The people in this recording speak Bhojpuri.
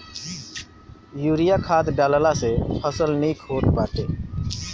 यूरिया खाद डालला से फसल निक होत बाटे